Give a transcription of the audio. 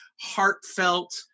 heartfelt